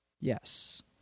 Yes